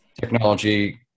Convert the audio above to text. technology